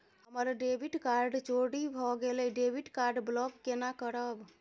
हमर debit card चोरी भगेलै डेबिट कार्ड ब्लॉक केना करब?